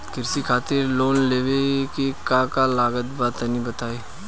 कृषि खातिर लोन लेवे मे का का लागत बा तनि बताईं?